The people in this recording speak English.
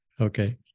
Okay